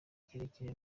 kirekire